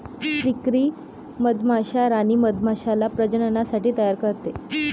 फ्रीकरी मधमाश्या राणी मधमाश्याला प्रजननासाठी तयार करते